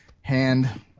hand